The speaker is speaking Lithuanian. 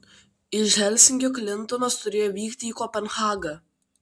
iš helsinkio klintonas turėjo vykti į kopenhagą